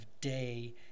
day